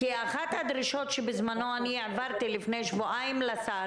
כי אחת הדרישות שאני העברתי לפני שבועיים לשר